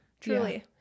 Truly